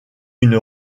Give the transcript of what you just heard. une